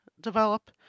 develop